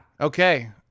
Okay